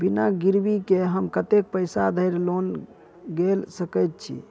बिना गिरबी केँ हम कतेक पैसा धरि लोन गेल सकैत छी?